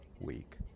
week